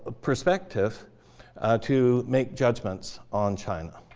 ah perspective to make judgments on china.